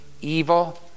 evil